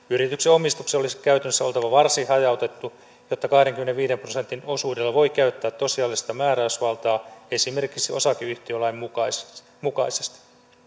yrityksen omistuksen olisi käytännössä oltava varsin hajautettu jotta kahdenkymmenenviiden prosentin osuudella voi käyttää tosiasiallista määräysvaltaa esimerkiksi osakeyhtiölain mukaisesti